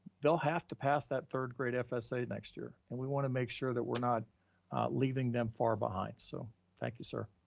they'll have to pass that third grade fsa next year and we wanna make sure that we're not leaving them far behind, so thank you, sir.